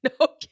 Okay